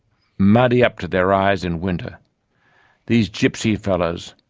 muddy up to their eyes in winter these gipsy fellows,